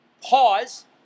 Pause